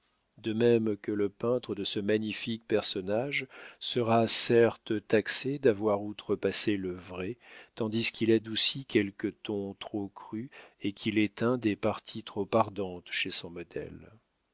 de même que le peintre de ce magnifique personnage sera certes taxé d'avoir outre passé le vrai tandis qu'il adoucit quelques tons trop crus et qu'il éteint des parties trop ardentes chez son modèle